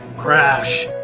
crash!